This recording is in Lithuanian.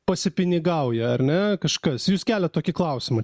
pasipinigauja ar ne kažkas jūs keliat tokį klausimą